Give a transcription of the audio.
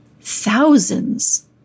thousands